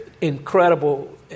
incredible